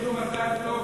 תגיד לו מזל טוב.